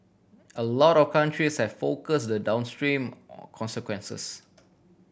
a lot of countries have focus the downstream consequences